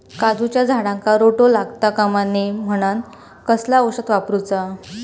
काजूच्या झाडांका रोटो लागता कमा नये म्हनान कसला औषध वापरूचा?